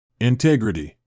Integrity